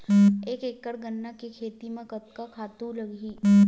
एक एकड़ गन्ना के खेती म कतका खातु लगही?